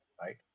right